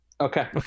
Okay